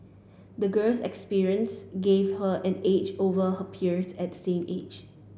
the girl's experience gave her an edge over her peers at the same age